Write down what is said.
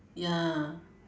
ya